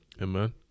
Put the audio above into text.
amen